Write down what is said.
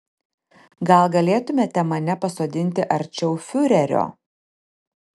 gal galėtumėte mane pasodinti arčiau fiurerio